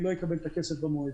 לא יקבל את הכסף במועד.